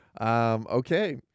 Okay